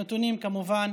הנתונים, כמובן,